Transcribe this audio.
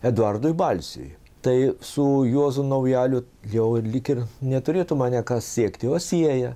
eduardui balsiui tai su juozu naujaliu jau lyg ir neturėtų mane kas siekti o sieja